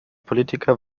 politiker